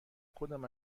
کدام